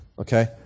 okay